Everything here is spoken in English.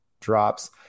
drops